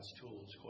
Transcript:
tools